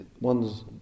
One's